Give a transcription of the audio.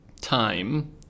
time